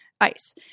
ice